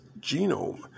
genome